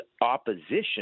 opposition